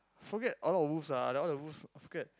forgot a lot of wolves ah all the wolves forget